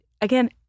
again